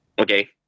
Okay